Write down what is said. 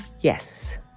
yes